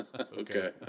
Okay